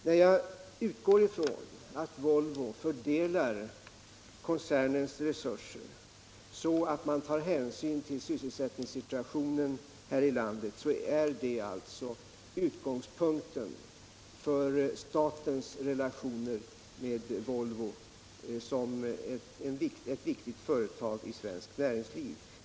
När jag utgår från att Volvo fördelar koncernens resurser så att man tar hänsyn till sysselsättningssituationen här i landet är det alltså utgångspunkten för statens relationer med Volvo som ett viktigt företag I svenskt näringsliv.